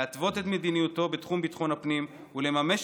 להתוות את מדיניותו בתחום ביטחון הפנים ולממש